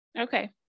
okay